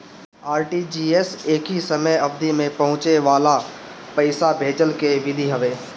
RTGS एकही समय अवधि में पहुंचे वाला पईसा भेजला के विधि हवे